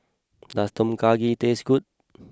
does Tom Kha Gai taste good